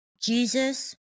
Jesus